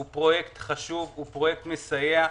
הוא פרויקט חשוב, מסייע.